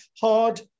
hard